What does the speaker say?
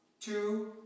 two